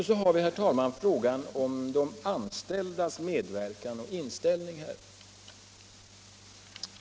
Så har vi frågan om de anställdas medverkan och inställning.